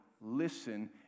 listen